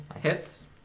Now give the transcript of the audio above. Hits